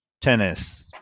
tennis